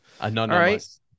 Anonymous